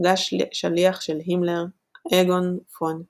נפגש שליח של הימלר, אגון פון הוהלואה,